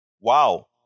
wow